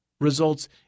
results